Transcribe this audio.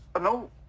No